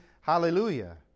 Hallelujah